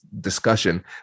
discussion